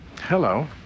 Hello